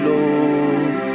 Lord